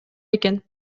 экен